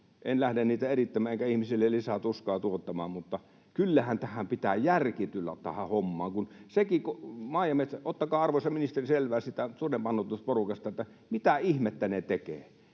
En lähde niitä erittelemään enkä ihmisille lisää tuskaa tuottamaan, mutta kyllähän pitää järki tulla tähän hommaan. Ottakaa, arvoisa ministeri, selvää siitä sudenpannoitusporukasta, mitä ihmettä ne tekevät.